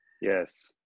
Yes